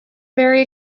very